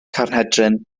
carnhedryn